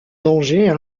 danger